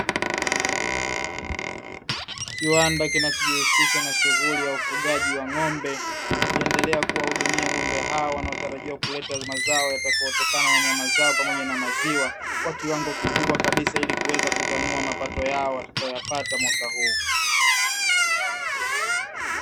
Kiwanda kinachojihusisha na shughuli ya ufugaji wa ng'ombe, kikiendelea kuwahudumia ng'ombe hawa wanaotarajiwa kuleta mazao yatokanayo na nyama zao pamoja na maziwa, kwa kiwango kikubwa kabisa, ili kuweza kutanua mapato yao watakayoyapata mwaka huu.